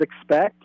expect